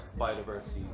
biodiversity